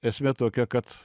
esmė tokia kad